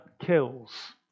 kills